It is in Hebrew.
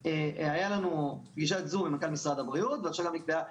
שהיה לנו פגישת זום עם מנכ"ל משרד הבריאות כך שגם נקבעה